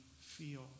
feel